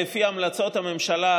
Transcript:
לפי המלצות הממשלה,